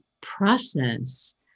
process